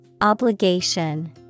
Obligation